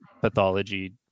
pathology